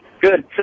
Good